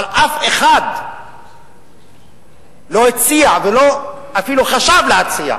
אבל אף אחד לא הציע, ואפילו לא חשב להציע,